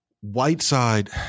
Whiteside